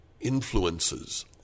influences